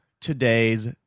today's